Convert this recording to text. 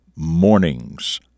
Mornings